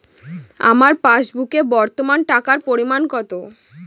আমার পাসবুকে বর্তমান টাকার পরিমাণ কত?